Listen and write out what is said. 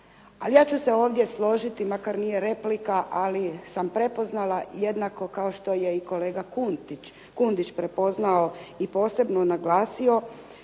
ja ću se ovdje složiti makar nije replika ali sam prepoznala jednako kao što je i kolega Kundić prepoznao i posebno naglasio